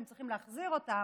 כשהם צריכים להחזיר אותם,